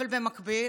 אבל במקביל